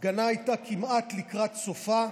ההפגנה הייתה כמעט לקראת סופה.